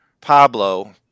Pablo